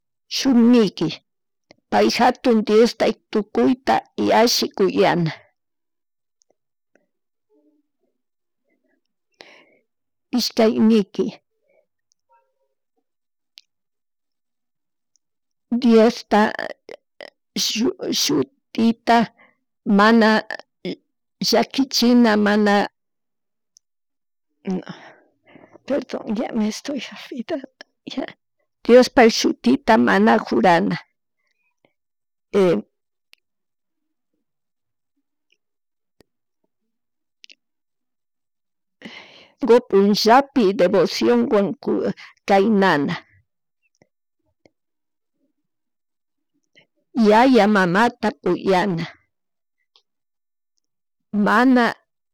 Shun niki pay jatun Diosta tukuyta yalli kuyana, ishkay niki. Diosta shutita, mana llakichina mana, perdon ya me estoy olvidando ya, Diospak shutita mana jurana. Domingo punkllapi devociónwan kaynana, yaya mamata kuyana, mana